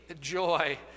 joy